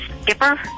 Skipper